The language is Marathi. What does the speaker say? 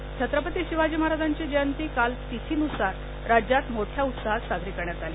शिवजयंती छत्रपती शिवाजी महाराजांची जयंती काल तिथीनुसार राज्यात मोठ्या उत्साहात साजरी करण्यात आली